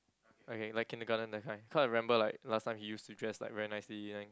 okay like kindergarten that kind cause remember like last time he used to dress like very nicely then